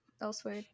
elsewhere